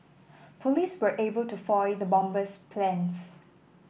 police were able to foil the bomber's plans